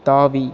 தாவி